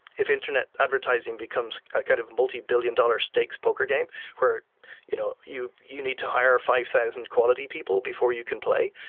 if internet advertising becomes a kind of multibillion-dollar stakes poker game where you know you you need to hire five thousand quality people before you can play,